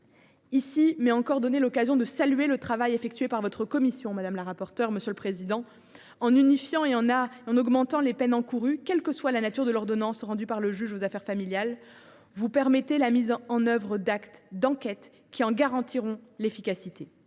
nouvelle fois donné l’occasion de saluer le travail effectué par votre commission : en unifiant et en augmentant les peines encourues quelle que soit la nature de l’ordonnance rendue par le juge aux affaires familiales, vous permettez la mise en œuvre d’actes d’enquête qui en garantiront l’efficacité.